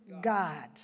God